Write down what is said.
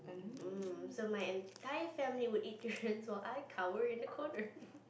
mm so my entire family would eat durians while I cower in the corner